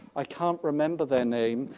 i can't remember their name,